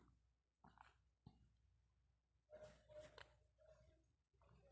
Holstein Friesians dairy ಜಾನುವಾರು ಉತ್ತರ Holland ಮತ್ತು ಜರ್ಮನಿ ಸ್ಕ್ಲೆಸ್ವಿಗ್ ಹೋಲ್ಸ್ಟೈನಲ್ಲಿ ಹುಟ್ಟಿದೆ